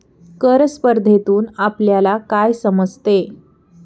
कर स्पर्धेतून आपल्याला काय समजते?